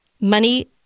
Money